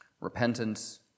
Repentance